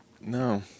No